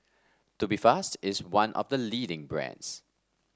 Tubifast is one of the leading brands